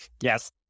Yes